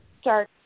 start